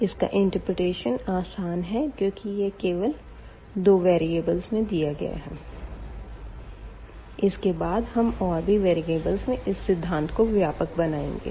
इसका इंटर्प्रेटेशन आसान है क्योंकि यह केवल दो वेरीअबल में दिया गया है इसके बाद हम और भी वेरीअबलस में इस सिद्धांत को व्यापक बनाएंगे